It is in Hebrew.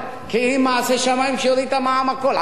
כי אם מעשה שמים, שיוריד את המע"מ, הכול.